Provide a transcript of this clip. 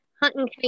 hunting